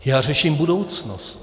Já řeším budoucnost.